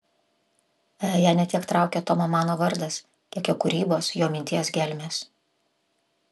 ją ne tiek traukia tomo mano vardas kiek jo kūrybos jo minties gelmės